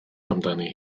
amdani